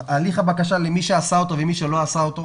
הליך הבקשה למי שעשה אותו ולמי שלא עשה אותו,